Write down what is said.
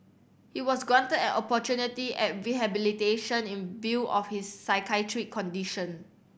he was granted an opportunity at rehabilitation in view of his psychiatric condition